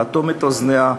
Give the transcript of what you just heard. לאטום את אוזניה,